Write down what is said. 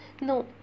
no